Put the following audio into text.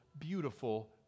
beautiful